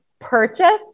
purchase